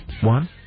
One